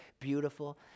beautiful